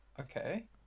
Okay